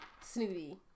Snooty